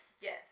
Yes